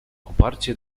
oparcie